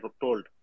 told